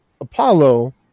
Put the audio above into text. Apollo